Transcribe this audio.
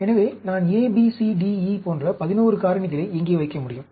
எனவே நான் A B C D E போன்ற 11 காரணிகளை இங்கே வைக்க முடியும்